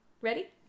Ready